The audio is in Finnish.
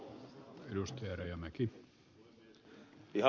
arvoisa puhemies